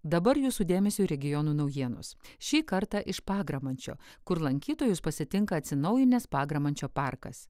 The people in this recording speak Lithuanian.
dabar jūsų dėmesiui regionų naujienos šį kartą iš pagramančio kur lankytojus pasitinka atsinaujinęs pagramančio parkas